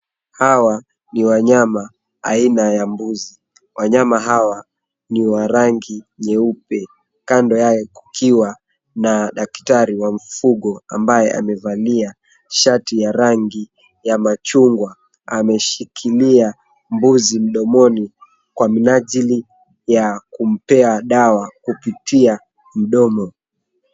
Hawa ni wanyama aina ya mbuzi. Wanyama hawa ni wa rangi nyeupe kando yao kukiwa na daktari wa mfugo ambaye amevalia shati ya rangi ya machungwa ameshikilia mbuzi mdomoni kwa minajili ya kumpea dawa kupitia mdomo.